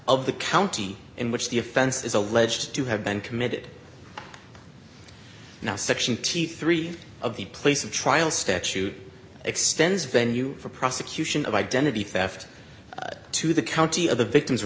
of the county in which the offense is alleged to have been committed now section t three of the place of trial statute extends venue for prosecution of identity theft to the county of the victim's